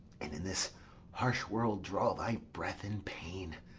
and in this harsh world draw thy breath in pain,